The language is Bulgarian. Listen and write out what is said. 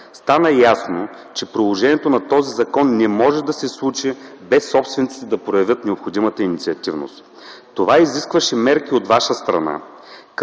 Стана ясно, че приложението на този закон не може да се случи без собствениците да проявят необходимата инициативност. Това изискваше мерки от ваша страна,